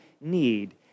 need